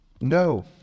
no